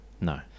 No